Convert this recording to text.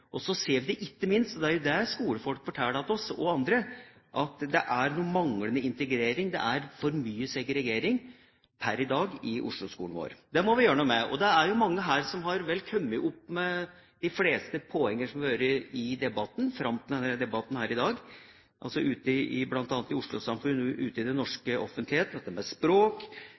Så ser vi ikke minst – det er jo det skolefolk og andre forteller oss – at det er manglende integrering. Det er per i dag for mye segregering i Oslo-skolen. Det må vi gjøre noe med. Mange her har kommet opp med de fleste poenger som fram til debatten her i dag har vært debattert ute i bl.a. Oslo-samfunnet og ute i norsk offentlighet. Det gjelder språk, boligpolitikk – her ramset opp i litt tilfeldig rekkefølge – lærer og lærerkompetanse. Legg merke til at